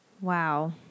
Wow